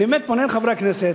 אני פונה אל חברי הכנסת: